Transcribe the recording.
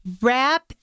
wrap